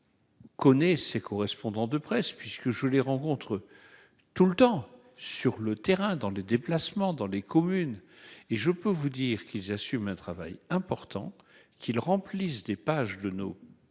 je. Connaît ses correspondants de presse puisque je les rencontre. Tout le temps sur le terrain dans les déplacements dans les communes et je peux vous dire qu'ils assument un travail important qu'ils remplissent des pages de nos. Journaux